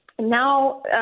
Now